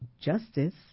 justice